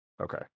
Okay